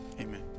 Amen